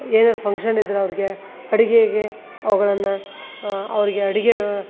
ಏನಾದರು ಫಂಕ್ಷನ್ ಇದ್ರೆ ಅವ್ರಿಗೆ ಅಡಿಗೆಗೆ ಅವುಗಳನ್ನು ಅವರಿಗೆ ಅಡಿಗೆ